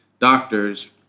doctors